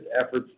efforts